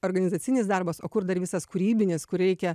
organizacinis darbas o kur dar visas kūrybinis kur reikia